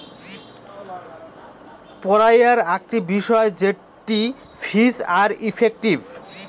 পড়াইয়ার আকটি বিষয় জেটটি ফিজ আর ইফেক্টিভ